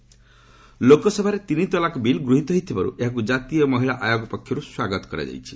add triple talaq ଲୋକସଭାରେ ତିନି talaq bill ଗୃହିତ ହୋଇଥିବାରୁ ଏହାକୁ ଜାତୀୟ ମହିଳା ଆୟୋଗ ପକ୍ଷରୁ ସ୍ୱାଗତ କରାଯାଇଛି